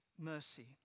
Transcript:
mercy